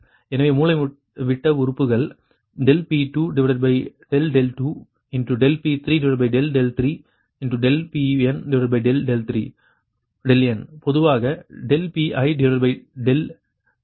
எனவே மூலைவிட்ட உறுப்புகள் ∆P2∆2 ∆P3∆3 ∆Pn∆n பொதுவாக ∆Pi∆i